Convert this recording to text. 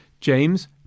James